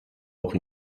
auch